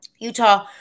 Utah